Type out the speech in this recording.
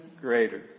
greater